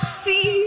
see